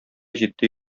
җитди